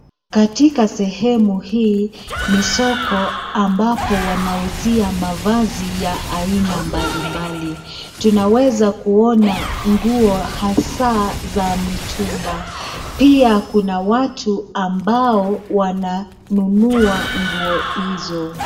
Katika sehemu hii ni soko ambapo wanauzia mavazi ya aina mbalimbali, tunaweza kuona nguo hasa za mitumba, pia kuna watu ambao wananunua nguo hizo.